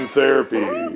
Therapy